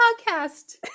podcast